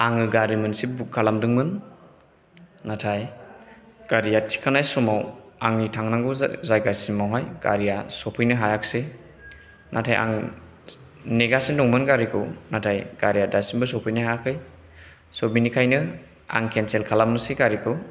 आङो गारि मोनसे बुक खालामदोंमोन नाथाय गारिया थिखानाय समाव आंनि थांनांगौ जायगासिमावहाय गारिया सफैनो हायाखिसै नाथाय आं नेगासिनो दंमोन गारिखौ नाथाय गारिया दासिमबो सौफैनो हायाखै स' बेनिखायनो आं केनसेल खालामनोसै गारिखौ